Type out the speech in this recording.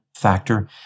Factor